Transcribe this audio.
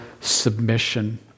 submission